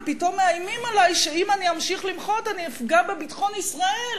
אבל פתאום מאיימים עלי שאם אני אמשיך למחות אני אפגע בביטחון ישראל,